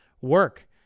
work